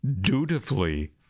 dutifully